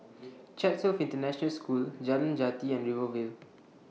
Chatsworth International School Jalan Jati and Rivervale